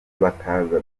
bakaza